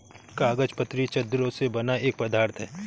कागज पतली चद्दरों से बना एक पदार्थ है